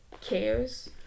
cares